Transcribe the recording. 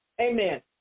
Amen